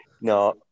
No